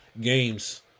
Games